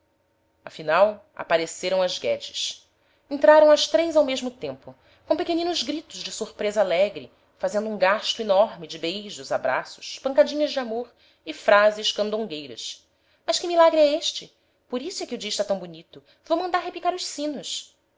afinal apareceram as guedes entraram as três ao mesmo tempo com pequeninos gritos de surpresa alegre fazendo um gasto enorme de beijos abraços pancadinhas de amor e frases candongueiras mas que milagre é este por isso é que o dia está tão bonito vou mandar repicar os sinos